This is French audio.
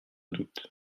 doute